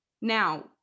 Now